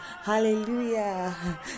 Hallelujah